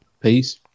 peace